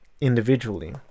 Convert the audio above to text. individually